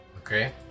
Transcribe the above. Okay